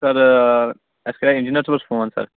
سر اسہِ کَریٚو اِنجیٖنِیر صٲبَس فون سر